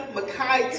Makai